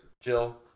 Jill